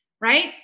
right